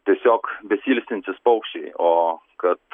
tiesiog besiilsintys paukščiai o kad